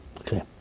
Okay